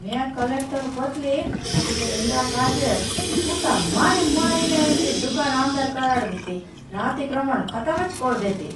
में कोलेक्टर गोतली ते इनरा काजे सुधारी। मारी मारी ने इनरी दुखान आंधर करार देती नाथिक रोमन खतबच कोर देती।